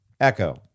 Echo